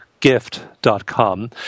gift.com